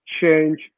change